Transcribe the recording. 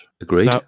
Agreed